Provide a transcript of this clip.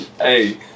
Hey